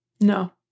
No